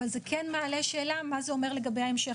אבל זה כן מעלה שאלה מה זה אומר לגבי ההמשך,